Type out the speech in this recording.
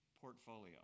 portfolio